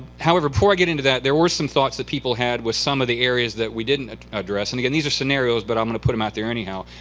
however, before i get into that, there were some thoughts that people had with some of the areas we didn't address, and again, these are scenarios, but i'm going to put them out there, anyhow.